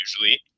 usually